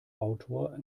autor